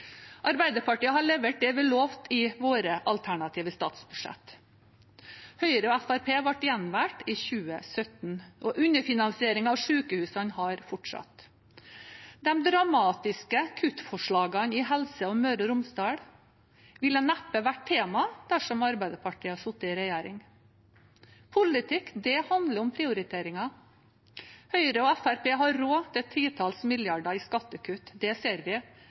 Arbeiderpartiet har levert det vi lovte i våre alternative statsbudsjetter. Høyre og Fremskrittspartiet ble gjenvalgt i 2017, og underfinansieringen av sykehusene har fortsatt. De dramatiske kuttforslagene i Helse Møre og Romsdal ville neppe ha vært tema dersom Arbeiderpartiet hadde sittet i regjering. Politikk handler om prioriteringer. Høyre og Fremskrittspartiet har råd til titalls milliarder kroner i skattekutt – det ser vi